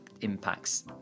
impacts